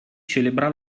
celebra